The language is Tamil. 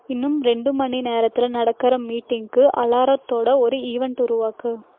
இன்னும் ரெண்டு மணி நேரத்தில் நடக்கிற மீட்டிங்குக்கு அலாரத்தோடு ஒரு ஈவென்ட் உருவாக்கு